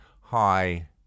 hi